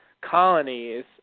colonies